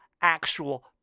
actual